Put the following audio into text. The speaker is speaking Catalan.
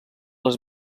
les